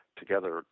together